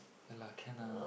ya lah can ah